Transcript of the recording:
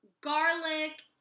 garlic